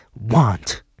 Want